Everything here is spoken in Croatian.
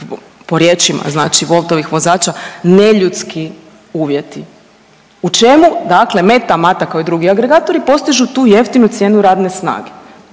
po riječima znači Woltovih vozača neljudski uvjeti. U čemu dakle Meta Mata kao i drugi agregatori postižu tu jeftinu cijenu radne snage.